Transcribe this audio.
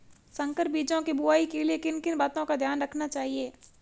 संकर बीजों की बुआई के लिए किन किन बातों का ध्यान रखना चाहिए?